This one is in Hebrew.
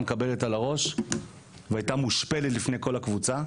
מקבלת על הראש והייתה מושפלת בפני כל הקבוצה.